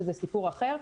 שזה סיפור אחר,